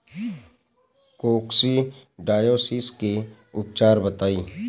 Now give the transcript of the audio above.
Coccidiosis के उपचार बताई?